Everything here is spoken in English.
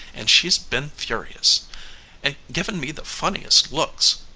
and she's been furious given me the funniest looks.